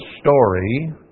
story